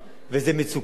וזה מצוקה.